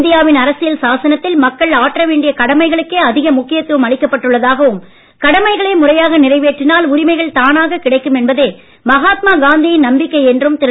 இந்தியாவின் அரசியல் சாசனத்தில் மக்கள் ஆற்ற வேண்டிய கடமைகளுக்கே அதிக முக்கியத்துவம் அளிக்கப் பட்டுள்ளதாகவும் கடமைகளை முறையாக நிறைவேற்றினால் உரிமைகள் தானாக கிடைக்கும் என்பதே மகாத்மா காந்தியின் நம்பிக்கை என்றும் திரு